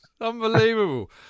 Unbelievable